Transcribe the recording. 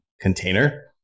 container